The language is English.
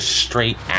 straight